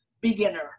Beginner